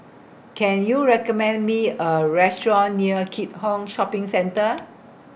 Can YOU recommend Me A Restaurant near Keat Hong Shopping Centre